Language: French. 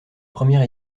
première